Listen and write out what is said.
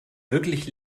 wirklich